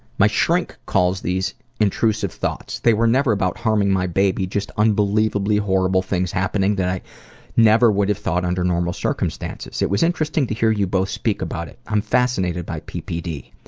my shrink calls these intrusive thoughts. they were never about harming my baby, just unbelievably horrible things happening that i never would have thought under normal circumstances. it was interesting to hear you both speak about it. i'm fascinated by ppd.